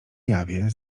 jawie